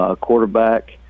quarterback